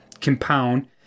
compound